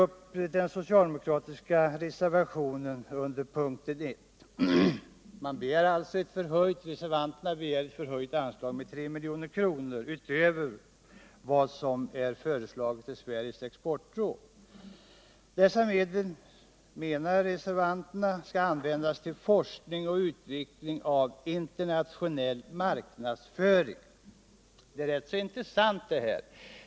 På det sättet får de också mycket av lärdom när det gäller exportarbetet. Det är rätt så intressant.